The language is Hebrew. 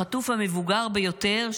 החטוף המבוגר ביותר,